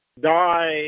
die